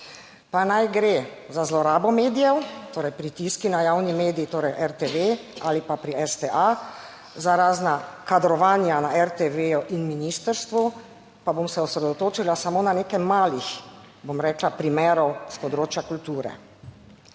pa naj gre za zlorabo medijev, torej pritiski na javni medij, torej RTV ali pa pri STA, za razna kadrovanja na RTV in ministrstvu, pa bom se osredotočila samo na nekaj malih, bom rekla primerov, s področja kulture.